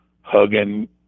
hugging